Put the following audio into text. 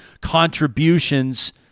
contributions